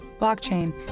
blockchain